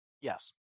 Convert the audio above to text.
Yes